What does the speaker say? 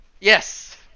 Yes